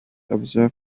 observe